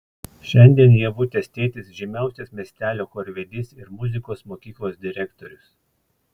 šiandien ievutės tėtis žymiausias miestelio chorvedys ir muzikos mokyklos direktorius